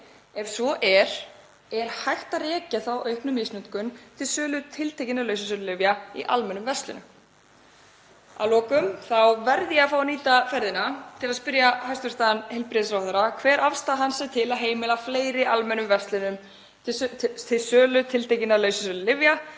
ef svo er hvort hægt sé að rekja þá auknu misnotkun til sölu tiltekinna lausasölulyfja í almennum verslunum. Að lokum verð ég að fá að nýta ferðina til að spyrja hæstv. heilbrigðisráðherra hver afstaða hans er til að heimila fleiri almennum verslunum sölu tiltekinna lausasölulyfja